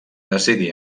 decidí